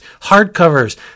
hardcovers